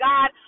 God